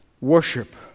worship